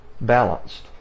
balanced